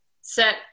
set